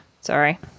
Sorry